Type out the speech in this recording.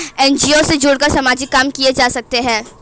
NGO से जुड़कर सामाजिक काम किया जा सकता है